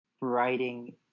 writing